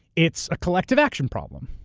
it's a collective action problem,